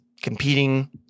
competing